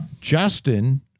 Justin